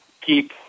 keep